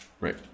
Right